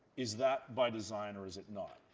is that by design or is it not.